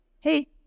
hey